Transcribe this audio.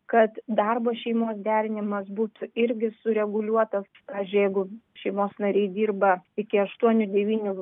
kad darbas šeimos derinimas būtų irgi sureguliuotas pavyzdžiui jeigu šeimos nariai dirba iki aštuonių devynių